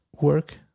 work